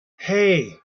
hey